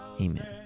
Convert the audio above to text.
amen